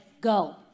go